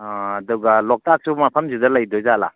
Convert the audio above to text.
ꯑꯥ ꯑꯗꯨꯒ ꯂꯣꯛꯇꯥꯛꯁꯨ ꯃꯐꯝꯁꯤꯗ ꯂꯩꯗꯣꯏ ꯖꯥꯠꯂ